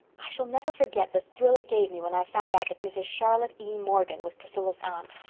i shall never forget the thrill it gave me when i found out that mrs. charlotte e. morgan was priscilla's aunt.